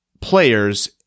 players